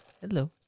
Hello